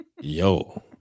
Yo